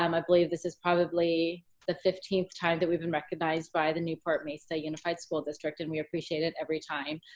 um i believe this is probably the fifteenth time that we've been recognized by the newport mesa unified school district and we appreciate it every time.